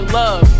love